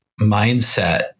mindset